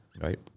Right